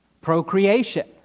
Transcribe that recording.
Procreation